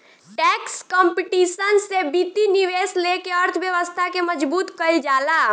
tax competition से वित्तीय निवेश लेके अर्थव्यवस्था के मजबूत कईल जाला